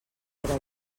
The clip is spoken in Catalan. pere